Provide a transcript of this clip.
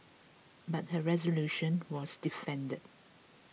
but her resolution was defeated